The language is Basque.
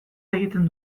egiten